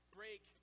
break